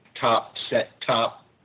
top-set-top